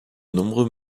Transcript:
nombreux